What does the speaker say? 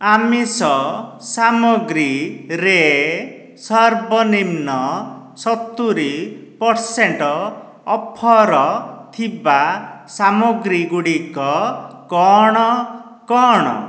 ଆମିଷ ସାମଗ୍ରୀରେ ସର୍ବନିମ୍ନ ସତୁରୀ ପରସେଣ୍ଟ ଅଫର୍ ଥିବା ସାମଗ୍ରୀଗୁଡ଼ିକ କଣ କଣ